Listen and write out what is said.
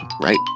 right